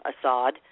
Assad